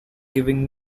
giving